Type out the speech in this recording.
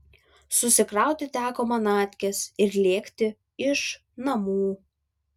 susikrauti teko manatkes ir lėkti iš namų